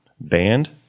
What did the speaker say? band